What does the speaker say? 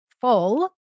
full